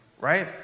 right